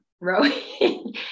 rowing